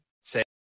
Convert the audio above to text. Say